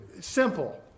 Simple